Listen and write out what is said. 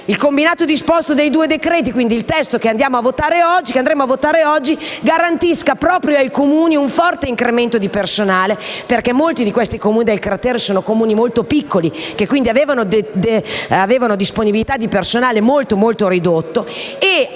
il combinato disposto dei due decreti, quindi il testo che andremo a votare oggi, garantisca proprio ai Comuni un forte incremento di personale, perché molti dei Comuni del cratere sono molto piccoli e avevano disponibilità di personale molto ridotta.